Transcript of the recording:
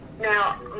Now